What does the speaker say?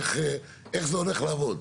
איך זה הולך לעבוד?